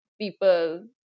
people